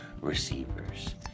receivers